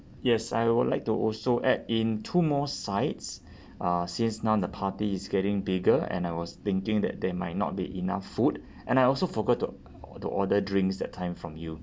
yes I would like to also add in two more sides uh since now the party is getting bigger and I was thinking that there might not be enough food and I also forgot to to order drinks that time from you